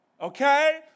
Okay